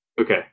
Okay